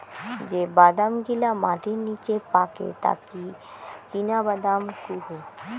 যে বাদাম গিলা মাটির নিচে পাকে তাকি চীনাবাদাম কুহু